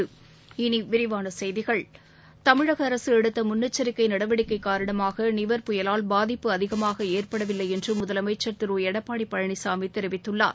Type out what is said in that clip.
இனி விரிவான செய்கிகள் தமிழக அரசு எடுத்த முன்னெச்சரிக்கை நடவடிக்கை காரணமாக நிவர் புயலால் பாதிப்பு அதிகமாக ஏற்படவில்லை என்று முதலமைச்சர் திரு எடப்பாடி பழனிசாமி தெரிவித்துள்ளார்